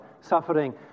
Suffering